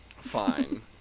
Fine